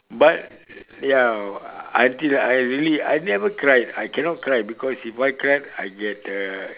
but ya I think I really I never cry I cannot cry because if I cry I get a